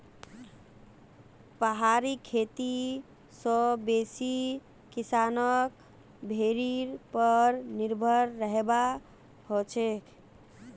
पहाड़ी खेती स बेसी किसानक भेड़ीर पर निर्भर रहबा हछेक